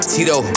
Tito